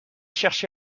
cherché